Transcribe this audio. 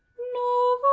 no.